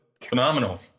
phenomenal